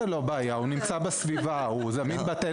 זאת לא בעיה, הוא נמצא בסביבה, הוא זמין בטלפון.